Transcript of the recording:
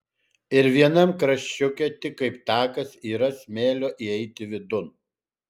ir vienam kraščiuke tik kaip takas yra smėlio įeiti vidun